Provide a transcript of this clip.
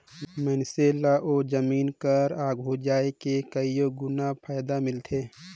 मइनसे ल ओ जमीन कर आघु जाए के कइयो गुना फएदा मिलथे